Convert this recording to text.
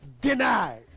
denied